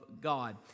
God